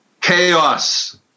Chaos